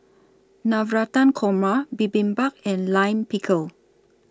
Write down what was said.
Navratan Korma Bibimbap and Lime Pickle